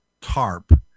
tarp